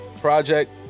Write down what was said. project